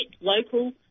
local